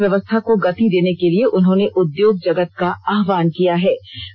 देष की अर्थव्यवस्था को गति देने के लिए उन्होंने उद्योग जगत का आहवान किया है